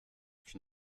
can